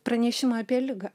pranešimą apie ligą